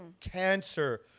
Cancer